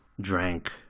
drank